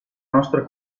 nostra